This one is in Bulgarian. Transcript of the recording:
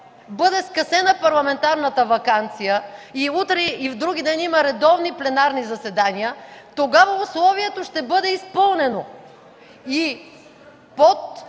бъде скъсена парламентарната ваканция и утре и вдруги ден има редовни пленарни заседания, тогава условието ще бъде изпълнено.